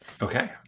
Okay